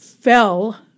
Fell